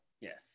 Yes